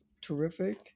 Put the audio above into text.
terrific